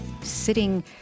sitting